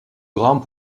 grands